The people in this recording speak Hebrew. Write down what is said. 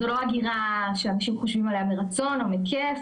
זו לא הגירה שאנשים חושבים עליה מרצון או מכיף,